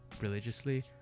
religiously